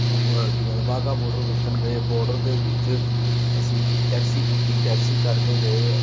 ਓ ਕੀ ਕਹਿੰਦਾ ਵਾਹਗਾ ਬੋਡਰ ਦੇਖਣ ਗਏ ਬੋਰਡਰ ਦੇ ਵਿੱਚ ਅਸੀਂ ਟੈਕਸੀ ਕੀਤੀ ਟੈਕਸੀ ਕਰਕੇ ਗਏ